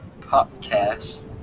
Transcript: podcast